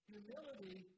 Humility